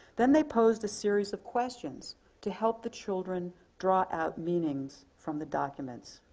then they posed a series of questions to help the children draw out meanings from the documents.